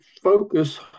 focus